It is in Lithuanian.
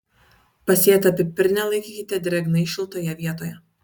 pasėtą pipirnę laikykite drėgnai šiltoje vietoje